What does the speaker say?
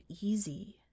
easy